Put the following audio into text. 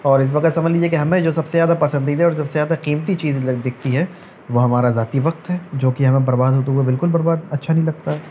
اور اس وقت سمجھ لیجیے کہ ہمیں جو سب سے زیادہ پسندیدہ اور سب سے زیادہ قیمتی چیز اگر دکھتی ہے وہ ہمارا ذاتی وقت ہے جوکہ ہمیں برباد ہوتے ہوئے بالکل برباد اچھا نہیں لگتا